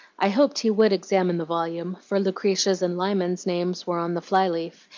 i hoped he would examine the volume, for lucretia's and lyman's names were on the fly leaf,